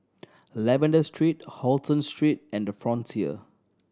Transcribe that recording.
Lavender Street Halton Street and The Frontier